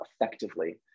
effectively